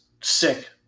sick